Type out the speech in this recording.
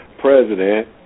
president